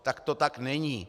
Tak to tak není.